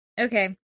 Okay